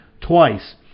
Twice